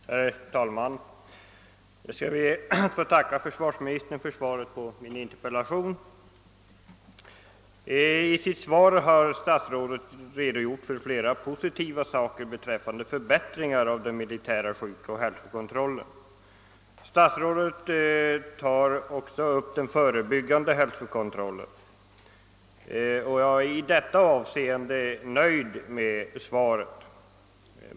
Herr talman! Jag ber att få tacka försvarsministern för svaret på min interpellation. I sitt svar har statsrådet redogjort för flera positiva åtgärder i syfte att åstadkomma en förbättring av den militära sjukvården och hälsokontrollen. Statsrådet tar också upp frågan om den förebyggande hälsovården. Jag är i detta avseende nöjd med svaret.